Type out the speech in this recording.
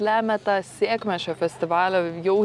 lemia tą sėkmę šio festivalio jau